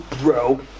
bro